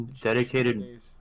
Dedicated